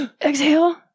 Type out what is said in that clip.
Exhale